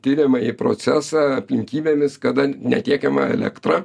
tiriamąjį procesą aplinkybėmis kada netiekiama elektra